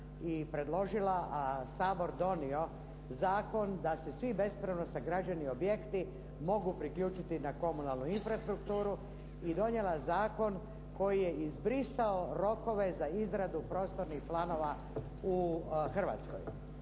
i predložila, a Sabor donio zakon da se svi bespravno sagrađeni objekti mogu priključiti na komunalnu infrastrukturu i donijela zakon koji je izbrisao rokove za izradu prostornih planova u Hrvatskoj.